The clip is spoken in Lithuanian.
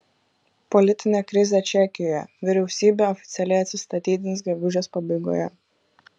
politinė krizė čekijoje vyriausybė oficialiai atsistatydins gegužės pabaigoje